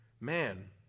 man